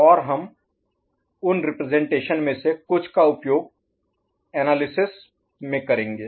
और हम उन रिप्रजेंटेशन में से कुछ का उपयोग एनालिसिस में करेंगे